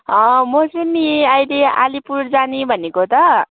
अँ म चाहिँ नि अहिले आलिपुर जाने भनेको त